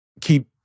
keep